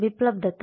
Biplab Datta